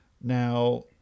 now